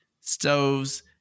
stoves